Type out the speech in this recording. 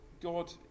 God